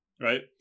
Right